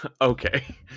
okay